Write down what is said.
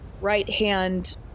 right-hand